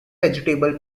vegetable